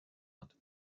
hat